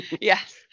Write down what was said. Yes